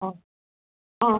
ஆ ஆ